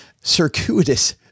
circuitous